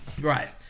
right